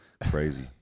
Crazy